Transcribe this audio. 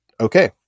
okay